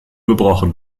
gebrochen